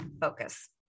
focus